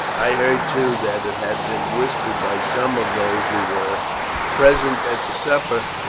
i heard too that it had been whispered by some of those who were present at the supper,